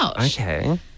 Okay